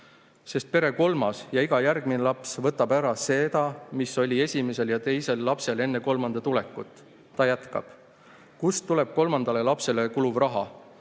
Sest pere kolmas (ja iga järgmine) laps võtab ära seda, mis oli esimestel lastel enne kolmanda tulekut." Ta jätkab: "Kust tuleb kolmandale lapsele kuluv raha: